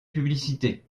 publicité